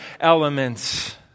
elements